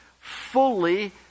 fully